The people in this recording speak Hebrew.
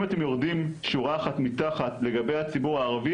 אם אתם יורדים שורה אחת מתחת לגבי הציבור הערבי,